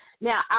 Now